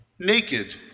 Naked